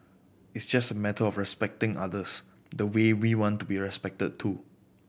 it's just a matter of respecting others the way we want to be respected too